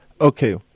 Okay